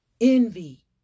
Envy